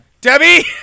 Debbie